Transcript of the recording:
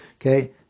Okay